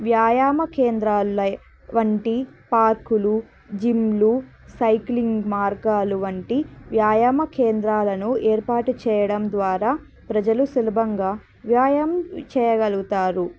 వ్యాయామ కేంద్రాల వంటి పార్కులు జిమ్లు సైక్లింగ్ మార్గాలు వంటి వ్యాయామ కేంద్రాలను ఏర్పాటు చేయడం ద్వారా ప్రజలు సులభంగా వ్యాయామం చేయగలుగుతారు